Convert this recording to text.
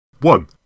One